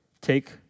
take